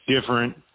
different